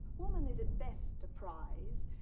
woman is at best a prize,